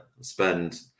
spend